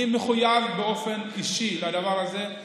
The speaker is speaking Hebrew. אני מחויב באופן אישי לדבר הזה,